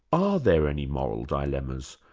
are there any moral dilemmas?